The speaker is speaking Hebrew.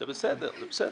זאת אומרת,